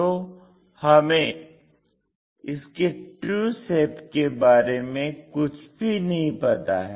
तो हमें इसके ट्रू शेप के बारे में कुछ भी नहीं पता है